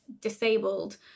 disabled